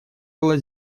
было